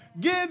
give